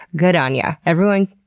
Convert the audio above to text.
good on ya. everyone,